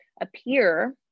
appear